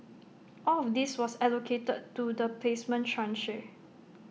all of this was allocated to the placement tranche